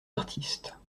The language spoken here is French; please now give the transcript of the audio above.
artistes